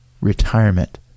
retirement